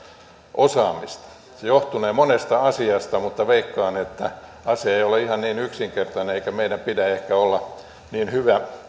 osaamistamme se johtunee monesta asiasta mutta veikkaan että asia ei ole ihan niin yksinkertainen eikä meidän pidä ehkä olla niin